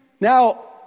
Now